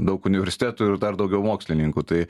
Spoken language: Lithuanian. daug universitetų ir dar daugiau mokslininkų tai